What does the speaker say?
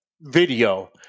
video